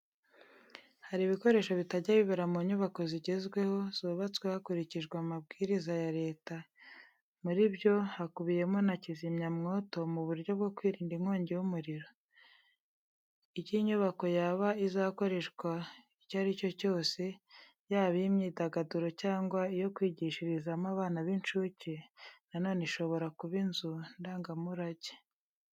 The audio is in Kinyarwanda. Hari ibikoresho bitajya bibura mu nyubako zigezweho, zubatswe hakurikijwe amabwiriza ya leta, muri byo hakubiyemo na kizimyamwoto, mu buryo bwo kwirinda inkongi y'umuriro. Icyo inyubako yaba izakoreshwa icyo ari cyo cyose, yaba iy'imyidagaduro cyangwa iyo kwigishirizamo abana b'incuke, na none ishobora kuba inzu ndangamurage.